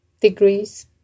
degrees